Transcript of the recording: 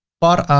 but,